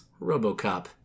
RoboCop